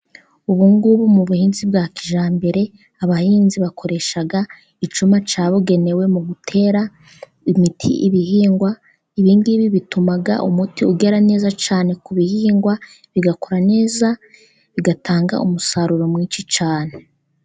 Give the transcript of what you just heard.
Ubu ngubu mu buhinzi bwa kijyambere, abahinzi bakoresha icyuma cyabugenewe mu gutera imiti ibihingwa. Ibingibi bituma umuti ugera neza cyane ku bihingwa, bigakura neza bigatanga umusaruro mwinshi cyane.